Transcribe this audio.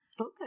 Okay